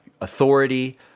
authority